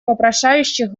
вопрошающих